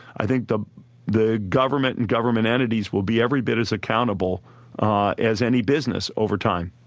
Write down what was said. i think the the government and government entities will be every bit as accountable as any business over time